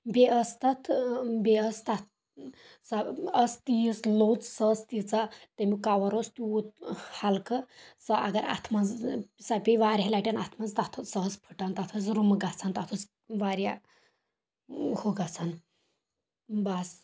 بییٚہِ ٲس تتھ اۭ بییٚہِ ٲس تتھ سۄ ٲس تیٖز لوٚژ سۄ ٲس تیٖژاہ تمیُک کوَر اوس تیوٗت ہلکہٕ سۄ اگر اتھہٕ منٛز سۄ پیٚیہِ واریاہ لٹہِ اتھہٕ منٛز سۄ ٲس پھُٹن تتھ ٲسۍ رُمہٕ گژھان تتھ اوس واریاہ ہُہ گژھان بس